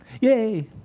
Yay